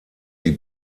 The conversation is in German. die